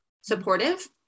supportive